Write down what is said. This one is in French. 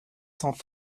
cent